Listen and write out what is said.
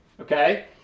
Okay